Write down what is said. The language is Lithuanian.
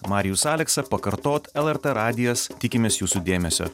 marijus aleksa pakartot lrt radijas tikimės jūsų dėmesio